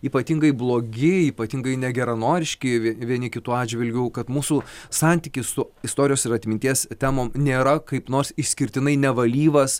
ypatingai blogi ypatingai negeranoriški vieni kitų atžvilgiu kad mūsų santykis su istorijos ir atminties temom nėra kaip nors išskirtinai nevalyvas